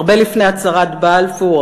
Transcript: הרבה לפני הצהרת בלפור,